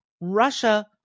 Russia